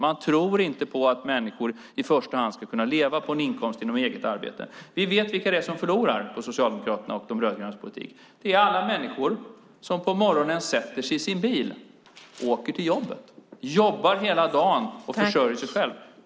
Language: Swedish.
Man tror inte på att människor i första hand ska kunna leva på en inkomst som kommer från eget arbete. Vi vet vilka det är som förlorar på Socialdemokraternas och De rödgrönas politik. Det är alla människor som på morgonen sätter sig i sin bil och åker till jobbet, jobbar hela dagen och försörjer sig själva.